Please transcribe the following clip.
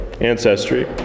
Ancestry